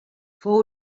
fou